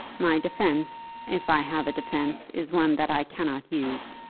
my defence if i have a defence, is one that i cannot use.